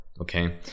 Okay